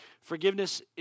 Forgiveness